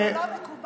זה לא מקובל,